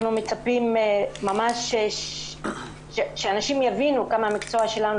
אנחנו מצפים שאנשים יבינו כמה המקצוע שלנו